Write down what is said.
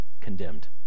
condemned